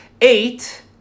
Eight